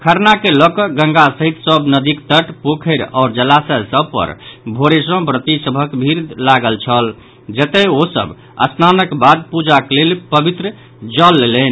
खरना के लऽ कऽ गंगा सहित सभ नदीक तट पोखरि आओर जलाशय सभ पर भोरे सँ व्रती सभक भीड़ लागल छल जयत ओ सभ स्नानक बाद पूजाक लेल पवित्र जल लेलनि